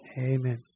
Amen